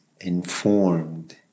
informed